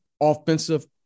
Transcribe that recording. offensive